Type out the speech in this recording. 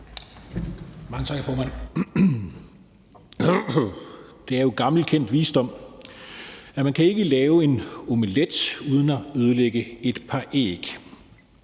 Mange tak, hr. formand. Det er jo gammelkendt visdom, at man ikke kan lave en omelet uden at ødelægge et par æg,